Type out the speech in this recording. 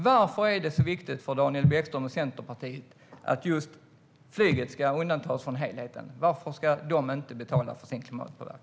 Varför är det så viktigt för Daniel Bäckström och Centerpartiet att just flyget ska undantas från helheten? Varför ska inte flyget betala för sin klimatpåverkan?